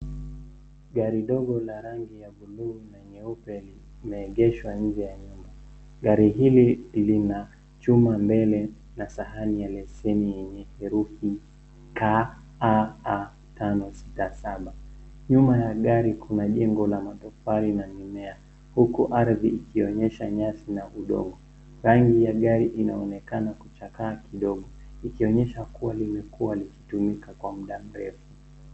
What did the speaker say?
Gari dogo la rangi ya buluu na nyeupe lime egeshwa nje ya nyumba. Gari hili lina chuma mbele na sahani ya leseni yenye herufi KAA 567. Nyuma ya gari kuna jengo la matofali na mimea huku ardhi ikionyesha nyasi na udongo. Rangi ya gari ina onekana kuchakaa kidogo ikionyesha kuwa limekuwa likitumika kwa muda mrefu.